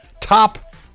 top